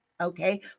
Okay